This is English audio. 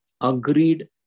agreed